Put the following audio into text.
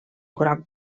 groc